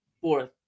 fourth